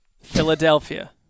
Philadelphia